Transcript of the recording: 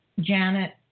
Janet